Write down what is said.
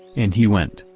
and he went,